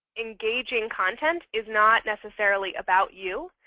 engaging content is not necessarily about you,